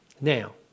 Now